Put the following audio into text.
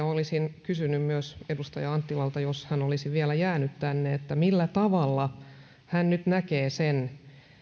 olisin kysynyt myös edustaja anttilalta jos hän olisi vielä jäänyt tänne millä tavalla hän nyt näkee sen